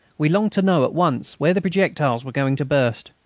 we longed to know, at once, where the projectiles were going to burst.